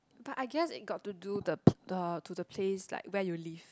but I guess it got to do the p~ the to the place like where you live